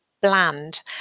Bland